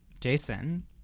jason